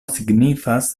signifas